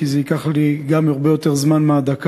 גם כי זה ייקח לי הרבה יותר זמן מהדקה,